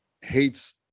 hates